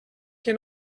que